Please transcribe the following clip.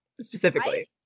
specifically